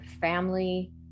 family